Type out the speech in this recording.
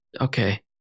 Okay